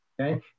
Okay